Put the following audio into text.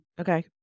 Okay